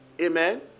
amen